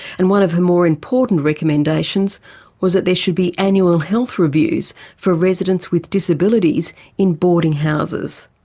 and one of her more important recommendations was that there should be annual health reviews for residents with disabilities in boarding houses.